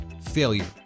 failure